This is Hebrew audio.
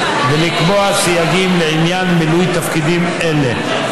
ולקבוע סייגים לעניין מילוי תפקידים אלה.